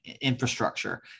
infrastructure